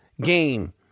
game